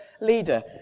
leader